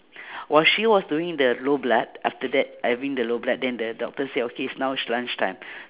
while she was doing the low blood after that having the low blood then the doctor said okay is now is lunch time